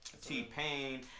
T-Pain